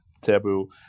taboo